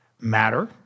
matter